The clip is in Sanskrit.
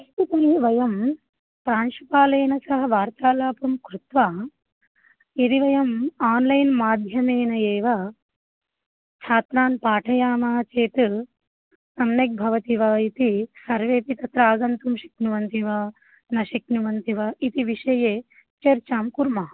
अस्तु तर्हि वयं प्रांशुपालेन सह वार्तालापं कृत्वा यदि वयं आन्लैन् माध्यमेन एव छात्रान् पाठयामः चेत् सम्यक् भवति वा इति सर्वेपि तत्र आगन्तुं शक्नुवन्ति वा न शक्नुवन्ति वा इति विषये चर्चां कुर्मः